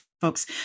folks